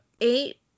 eight